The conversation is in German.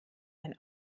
mein